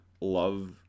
love